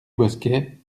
bosquet